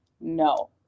No